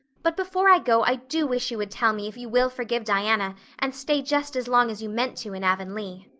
but before i go i do wish you would tell me if you will forgive diana and stay just as long as you meant to in avonlea.